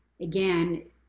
again